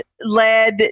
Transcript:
led